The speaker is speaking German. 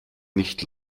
nicht